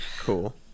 Cool